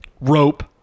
rope